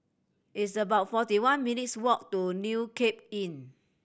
it's about forty one minutes' walk to New Cape Inn